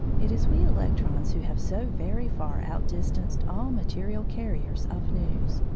it is we electrons who have so very far outdistanced all material carriers of news.